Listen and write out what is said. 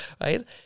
Right